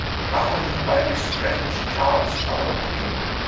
crowned by this strange chance, our king.